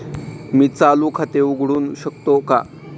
मी चालू खाते उघडू शकतो का?